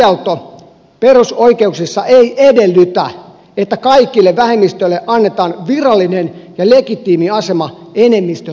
syrjimiskielto perusoikeuksissa ei edellytä että kaikille vähemmistöille annetaan virallinen ja legitiimi asema enemmistön rinnalle